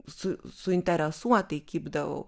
su suinteresuotai kibdavau